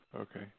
Okay